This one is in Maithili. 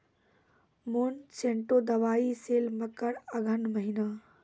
मोनसेंटो दवाई सेल मकर अघन महीना,